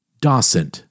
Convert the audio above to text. Dawson